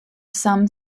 some